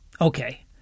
Okay